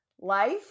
life